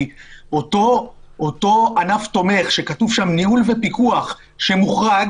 כי אותו ענף תומך שכתוב שם ניהול ופיקוח שמוחרג,